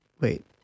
Wait